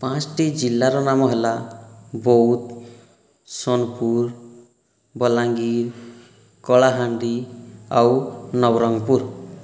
ପାଞ୍ଚଟି ଜିଲ୍ଲାର ନାମ ହେଲା ବୌଦ୍ଧ ସୋନପୁର ବଲାଙ୍ଗୀର କଳାହାଣ୍ଡି ଆଉ ନବରଙ୍ଗପୁର